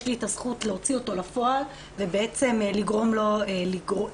יש לי את הזכות להוציא אותו אל הפועל ובעצם לגרום לו לקרות.